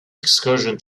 excursion